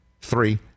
three